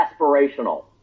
aspirational